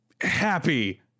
happy